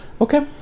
okay